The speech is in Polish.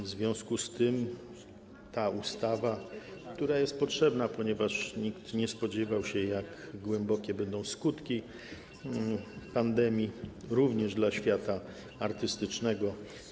W związku z tym ta ustawa jest potrzebna, ponieważ nikt się nie spodziewał, jak głębokie będą skutki pandemii, również dla świata artystycznego.